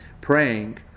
praying